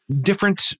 different